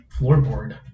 floorboard